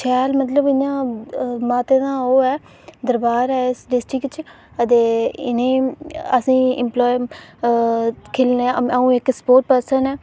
शैल मतलब इंया माता दा ओह् ऐ दरबार ऐ इस डिस्ट्रिक्ट बिच ते असेंगी इ'नेंगी अं'ऊ इक स्पोर्टस पर्सन आं